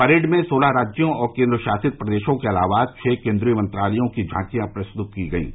parade में सोलह राज्यों और केन्द्र शासित प्रदेशों के अलावा छह केन्द्रीय मंत्रालयों की झांकियां प्रदर्शित की गयीं